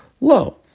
low